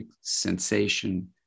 sensation